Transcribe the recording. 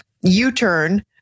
U-turn